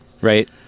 Right